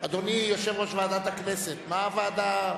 אדוני יושב-ראש ועדת הכנסת, מה הוועדה?